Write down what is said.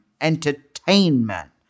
entertainment